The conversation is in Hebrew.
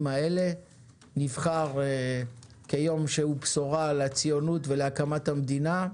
שנבחר כיום שהוא בשורה לציונות ולהקמת המדינה,